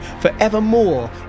forevermore